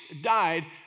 died